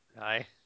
Aye